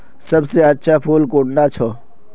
सबसे अच्छा फुल कुंडा छै?